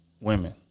women